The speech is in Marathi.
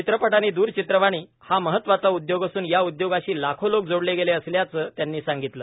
चित्रपट आणि द्रचत्रवाणी हा महत्वाचा उदयोग असून या उदयोगाशी लाखो लोक जोडले गेले असल्याचं त्यांनी सांगितलं